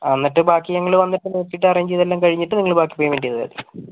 എന്നിട്ട് ബാക്കി ഞങ്ങൾ വന്ന് നോക്കീട്ട് അറേഞ്ച് എല്ലാം ചെയ്തിട്ട് നിങ്ങൾ ബാക്കി പേയ്മെന്റ് ചെയ്താൽ മതി